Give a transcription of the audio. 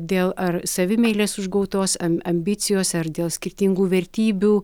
dėl ar savimeilės užgautos am ambicijos ar dėl skirtingų vertybių